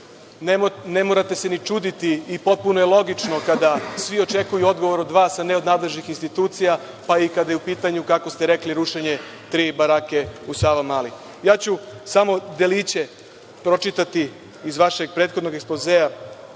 ne morate se ni čuditi, i potpuno je logično kada svi očekuju odgovor od vas, a ne od nadležnih institucija, pa i kada je u pitanju, kako ste rekli, rušenje tri barake u Savamali? Ja ću samo deliće pročitati iz vašeg prethodnog ekspozea,